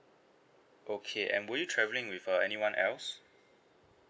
okay and were you travelling with uh anyone else